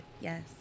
Yes